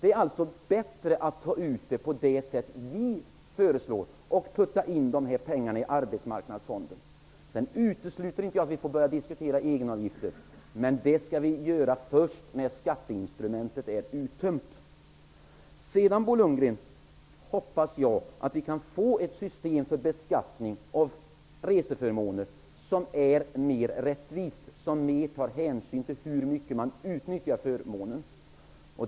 Det är alltså bättre att ta ut pengarna på det sätt som vi föreslår och föra över dessa pengar till Arbetsmarknadsfonden. Jag utesluter inte att vi ändå får börja diskutera egenavgifter, men det skall vi göra först när skatteinstrumentets möjligheter är uttömda. Jag hoppas vidare, Bo Lundgren, att vi kan få ett system för beskattning av reseförmåner som är rättvisare och som tar större hänsyn till hur mycket man utnyttjar förmånen.